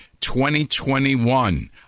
2021